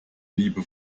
liebe